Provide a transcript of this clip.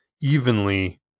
evenly